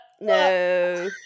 No